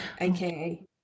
AKA